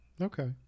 Okay